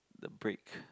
the break